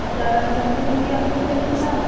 अच्छा रामचन्द शुक्ल की आपको चाहिए किताब